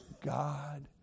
God